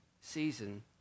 season